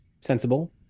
sensible